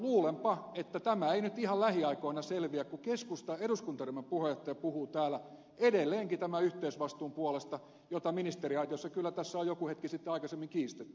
luulenpa että tämä ei nyt ihan lähiaikoina selviä kun keskustan eduskuntaryhmän puheenjohtaja puhuu täällä edelleenkin tämän yhteisvastuun puolesta jota ministeriaitiossa kyllä tässä on joku hetki sitten aikaisemmin kiistetty